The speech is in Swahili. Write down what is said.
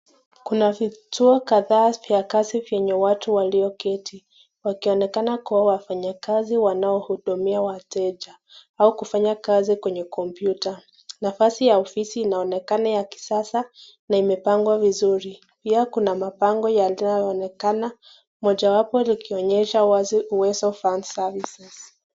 Kuna vituo kadhaa vya kazi vyenye watu walioketi. Wanaonekana kuwa wafanyikazi wanaohudumia wateja au kufanya kazi kwenye kompyuta. Nafasi ya ofisi inaonekana ya kisasa na imepangwa vizuri. Pia kuna mabango yanayoonekana, mojawapo likionyesha wazi Uwezo Fund Services .